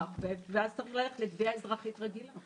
כך ואז צריך ללכת לתביעה אזרחית רגילה.